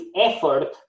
effort